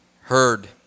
heard